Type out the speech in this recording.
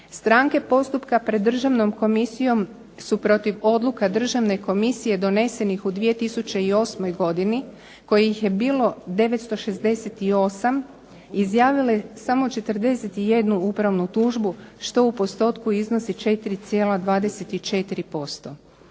Stranke postupka pred Državnom komisijom su protiv odluka Državne komisije donesenih u 2008. godini kojih je bilo 968, izjavili samo 41 upravnu tužbu što u postotku iznosi 4,24%.